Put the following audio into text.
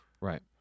Right